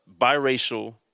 biracial